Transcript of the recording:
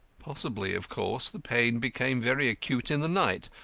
possibly, of course, the pain became very acute in the night.